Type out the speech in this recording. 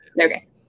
Okay